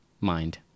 mind